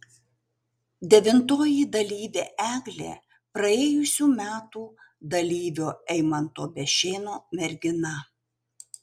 devintoji dalyvė eglė praėjusių metų dalyvio eimanto bešėno mergina